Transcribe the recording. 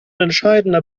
entscheidender